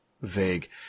vague